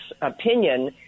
opinion